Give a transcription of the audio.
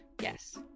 yes